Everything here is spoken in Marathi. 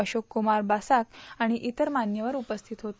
अशोक कुमार बासाक आणि इतर मान्यवर उपस्थित होते